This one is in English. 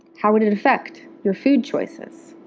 how would it affect your food choices?